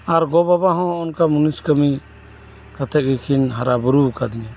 ᱟᱨ ᱜᱚᱜᱚ ᱵᱟᱵᱟ ᱦᱚᱸ ᱚᱱᱠᱟ ᱢᱩᱱᱤᱥ ᱠᱟᱹᱢᱤ ᱠᱟᱛᱮᱜ ᱜᱮᱠᱤᱱ ᱦᱟᱨᱟ ᱵᱩᱨᱩ ᱟᱠᱟᱫᱤᱧᱟᱹ